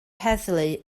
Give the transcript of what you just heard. heddlu